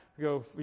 go